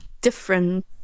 different